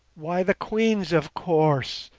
why, the queen's, of course!